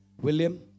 William